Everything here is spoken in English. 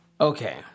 Okay